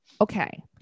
Okay